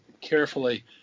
carefully